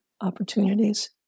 opportunities